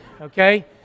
Okay